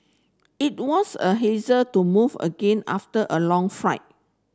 it was a hassle to move again after a long flight